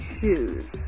Shoes